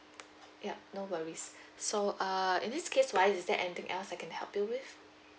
yup no worries so err in this case right is there anything else I can help you with